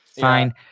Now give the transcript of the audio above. fine